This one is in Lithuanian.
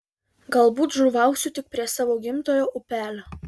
galbūt žuvausiu tik prie savo gimtojo upelio